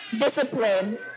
discipline